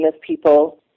people